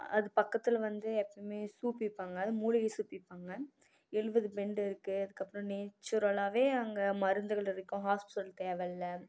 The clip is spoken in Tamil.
அது பக்கத்தில் வந்து எப்போயுமே சூப் விற்பாங்க அதுவும் மூலிகை சூப் விற்பாங்க எழுபது பெண்டுருக்குது அதுக்கப்புறம் நேச்சுரலாகவே அங்கே மருந்துகள் இருக்கும் ஹாஸ்பிட்டல்ஸ் தேவை இல்லை